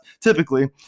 typically